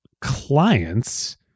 clients